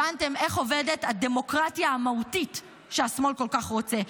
הבנתם איך עובדת הדמוקרטיה המהותית שהשמאל כל כך רוצה,